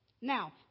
Now